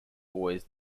always